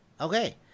Okay